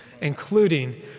including